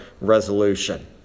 resolution